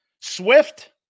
Swift